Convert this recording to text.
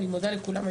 אני מודה לכולם,